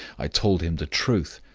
i told him the truth,